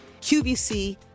QVC